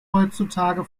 heutzutage